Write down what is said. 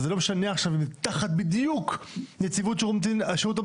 וזה לא משנה עכשיו אם זה תחת בדיוק נציבות שירות המדינה,